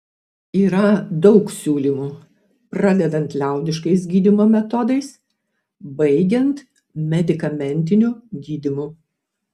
yra daug siūlymų pradedant liaudiškais gydymo metodais baigiant medikamentiniu gydymu